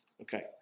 Okay